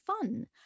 fun